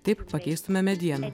taip pakeistume medieną